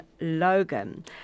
Logan